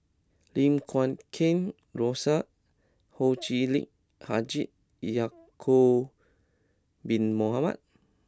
Lim Guat Kheng Rosie Ho Chee Lick Haji Ya'Acob bin Mohamed